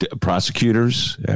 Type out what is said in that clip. Prosecutors